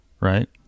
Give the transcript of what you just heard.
right